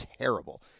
terrible